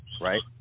right